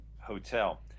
Hotel